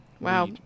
Wow